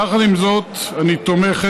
יחד עם זאת, אני תומכת,